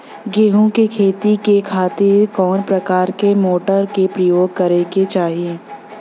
गेहूँ के खेती के खातिर कवना प्रकार के मोटर के प्रयोग करे के चाही?